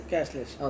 Cashless